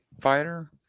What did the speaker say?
fighter